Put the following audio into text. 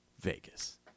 Vegas